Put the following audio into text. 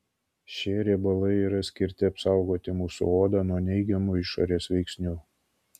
šie riebalai yra skirti apsaugoti mūsų odą nuo neigiamų išorės veiksnių